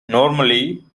normally